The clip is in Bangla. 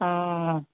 ও